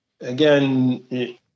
again